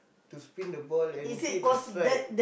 to spin the ball and hit the strike